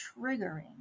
triggering